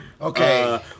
Okay